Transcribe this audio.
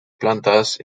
plantas